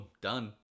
done